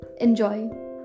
Enjoy